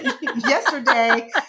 yesterday